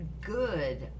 good